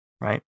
right